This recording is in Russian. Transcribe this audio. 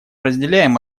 разделяем